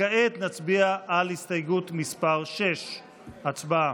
כעת נצביע על הסתייגות מס' 6. הצבעה.